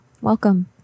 welcome